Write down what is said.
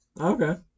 Okay